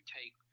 take